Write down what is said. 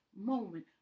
moment